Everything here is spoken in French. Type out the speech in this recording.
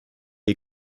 est